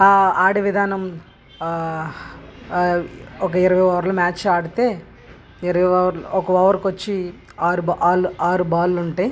ఆడే విధానం ఒక ఇరవై ఓవర్లు మ్యాచ్ ఆడితే ఇరవై ఓవర్లు ఒక ఓవర్కి వచ్చి ఆరు ఆరు ఆరు బాళ్ళు ఉంటాయి